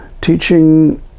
Teaching